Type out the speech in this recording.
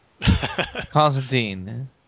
Constantine